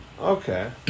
Okay